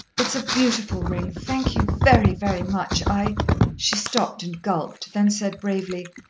it's a beautiful ring thank you very, very much. i she stopped and gulped, then said bravely,